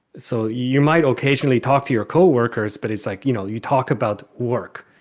so you might occasionally talk to your co-workers, but it's like, you know, you talk about work.